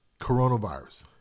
Coronavirus